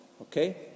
Okay